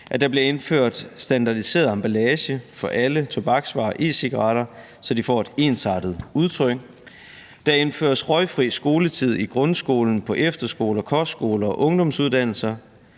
at der bliver indført standardiseret emballage for alle tobaksvarer og e-cigaretter, så de får et ensartet udtryk. Der indføres røgfri skoletid i grundskolen, på efterskoler, kostskoler og ungdomsuddannelser.